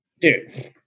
Dude